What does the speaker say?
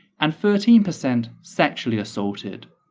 and thirteen percent sexually assaulted.